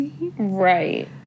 right